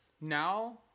now